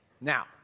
now